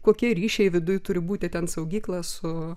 kokie ryšiai viduj turi būti ten saugykla su